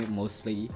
mostly